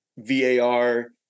VAR